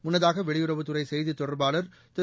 முன்னதாக வெளியுறவுத்துறை செய்தி தொடர்பாளர் திரு